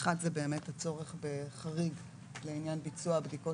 אחד זה באמת הצורך בחריג לעניין ביצוע הבדיקות